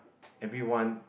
everyone